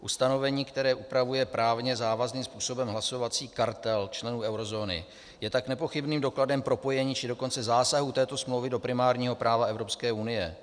Ustanovení, které upravuje právně závazným způsobem hlasovací kartel členů eurozóny je tak nepochybným dokladem propojení, či dokonce zásahu této smlouvy do primárního práva EU.